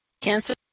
Cancer